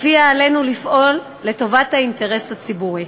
שעלינו לפעול לטובת האינטרס הציבורי.